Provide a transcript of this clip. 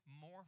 more